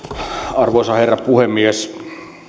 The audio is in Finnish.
arvoisa herra puhemies